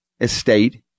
estate